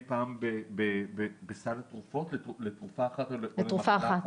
פעם בסל התרופות לתרופה אחת או למטרה אחת.